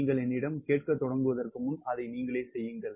நீங்கள் என்னிடம் கேட்கத் தொடங்குவதற்கு முன் அதை நீங்களே செய்யுங்கள்